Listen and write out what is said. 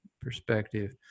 perspective